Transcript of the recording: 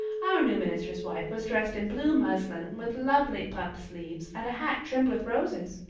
our new minister's wife was dressed in blue muslin with lovely puffed sleeves and a hat trimmed with roses.